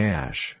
Cash